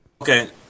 Okay